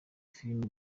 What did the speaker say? filime